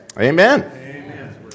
Amen